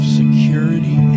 security